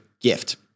gift